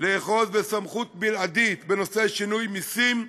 לאחוז בסמכות בלעדית בנושא שינוי מסים,